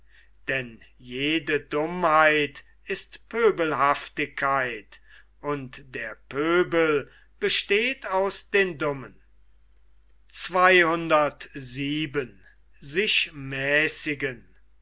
denn jede dummheit ist pöbelhaftigkeit und der pöbel besteht aus den dummen